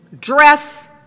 dress